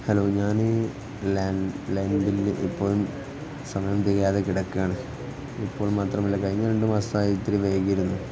hello ഞാന് landline bill ഇപ്പോഴും സമയം തെ കിടക്കുകയാണ് ഇപ്പോൾ മാത്രമല്ല കഴിഞ്ഞ രണ്ടു മാസമായി ഇത്തിരി വൈകിയിരുന്നു